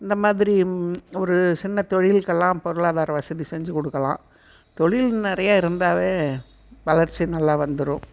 இந்த மாதிரி ஒரு சின்ன தொழில்கெல்லாம் பொருளாதார வசதி செஞ்சு கொடுக்கலாம் தொழில் நிறைய இருந்தாலே வளர்ச்சி நல்லா வந்துடும்